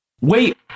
wait